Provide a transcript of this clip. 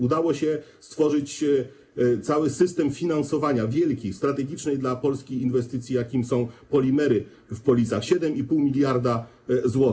Udało się stworzyć cały system finansowania, wielki, strategiczny dla polskich inwestycji, jakimi są Polimery w Policach - 7,5 mld zł.